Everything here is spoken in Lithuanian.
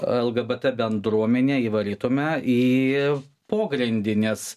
lgbt bendruomenę įvarytume į pogrindines